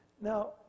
Now